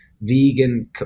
vegan